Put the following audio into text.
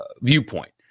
viewpoint